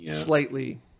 slightly